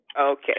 Okay